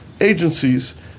agencies